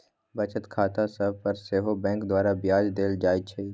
बचत खता सभ पर सेहो बैंक द्वारा ब्याज देल जाइ छइ